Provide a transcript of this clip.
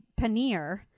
paneer